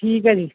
ਠੀਕ ਹੈ ਜੀ